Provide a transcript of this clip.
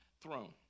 throne